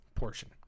portion